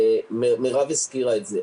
מירב הזכירה את זה,